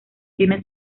tiene